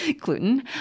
gluten